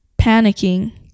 panicking